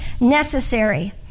necessary